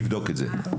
תבדוק את זה.